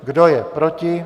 Kdo je proti?